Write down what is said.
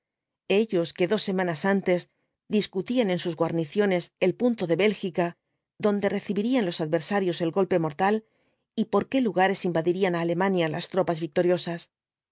ellos que dos semanas antes discutían en sus guarniciones el punto de bélgica donde recibirían los adversarios el golpe mortal y por qué lugares invadirían á alemania las tropas victoriosas